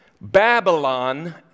Babylon